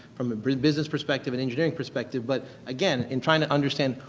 from a business perspective and engineering perspective. but again, in trying to understand,